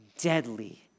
deadly